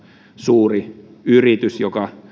suuri yritys joka